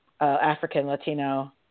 African-Latino